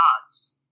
gods